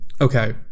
okay